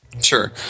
Sure